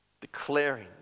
Declaring